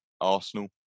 Arsenal